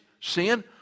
sin